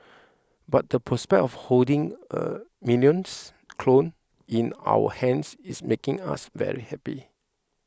but the prospect of holding a Minions clone in our hands is making us very happy